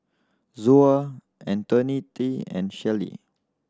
Zoa Antoinette and Shelley